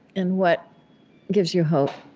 and what gives you hope?